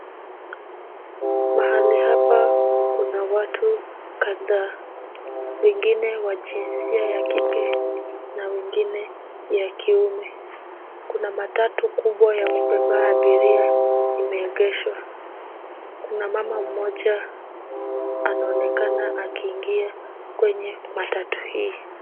Mahali hapa kuna watu kadhaa. Wengine wa jinsia ya kike, na wengine wa kiume. Kuna matatu kubwa ya kubeba abiria imeegeshwa. Kuna mama mmoja anaonekana akiingia kwenye matatu hii.